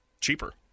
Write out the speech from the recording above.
cheaper